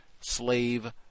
Slave